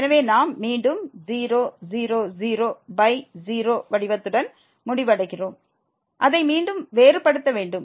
எனவே நாம் மீண்டும் 0 0 0 பை 0 வடிவத்துடன் முடிவடைகிறோம் அதை மீண்டும் வேறுபடுத்த வேண்டும்